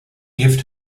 give